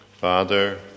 Father